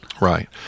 Right